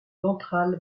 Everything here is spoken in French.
ventrale